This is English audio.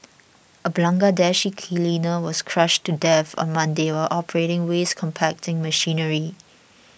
a Bangladeshi cleaner was crushed to death on Monday while operating waste compacting machinery